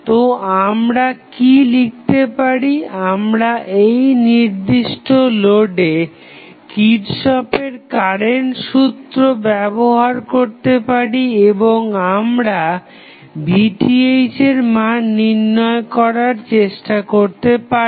তো আমরা কি লিখতে পারি আমরা এই নির্দিষ্ট নোডে কির্শফের কারেন্ট সূত্র Kirchhoffs current law ব্যবহার করতে পারি এবং আমরা VTh এর মান নির্ণয় করার চেষ্টা করতে পারি